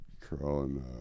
crawling